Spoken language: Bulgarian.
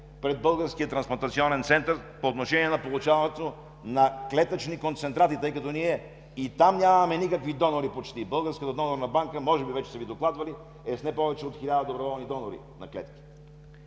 пред българския трансплантационен център по отношение на получаването на клетъчни концентрати, тъй като ние и там нямаме почти никакви донори. Българската донорска банка, може би вече са Ви докладвали, е с не повече от 1000 доброволни донори на клетки.